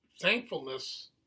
thankfulness